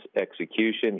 execution